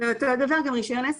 אותו דבר גם לגבי רישיון עסק.